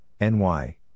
NY